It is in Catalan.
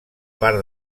part